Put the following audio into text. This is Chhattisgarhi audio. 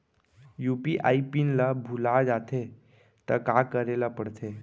यू.पी.आई पिन ल भुला जाथे त का करे ल पढ़थे?